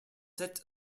set